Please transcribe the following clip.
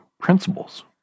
principles